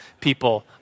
people